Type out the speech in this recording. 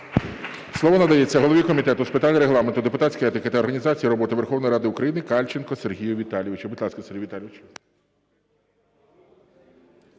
Слово надається голові Комітету з питань Регламенту, депутатської етики та організації роботи Верховної Ради України Кальченку Сергію Віталійовичу.